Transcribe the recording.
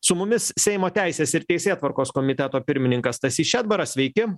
su mumis seimo teisės ir teisėtvarkos komiteto pirmininkas stasys šedbaras sveiki